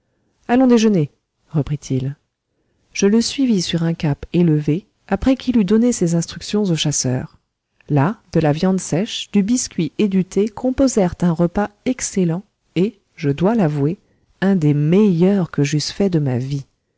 allons déjeuner reprit-il je le suivis sur un cap élevé après qu'il eut donné ses instructions au chasseur là de la viande sèche du biscuit et du thé composèrent un repas excellent et je dois l'avouer un des meilleurs que j'eusse fait de ma vie